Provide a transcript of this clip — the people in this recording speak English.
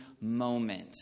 moment